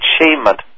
achievement